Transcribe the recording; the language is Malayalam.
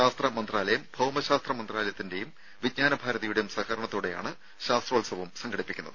ശാസ്ത്ര മന്ത്രാലയം ഭൌമശാസ്ത്ര മന്ത്രാലയത്തിന്റെയും വിജ്ഞാന ഭാരതിയുടെയും സഹകരണ ത്തോടെയാണ് ശാസ്ത്രോത്സവം സംഘടിപ്പിക്കുന്നത്